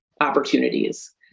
opportunities